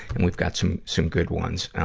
and we've got some, some good ones, ah,